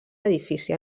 edifici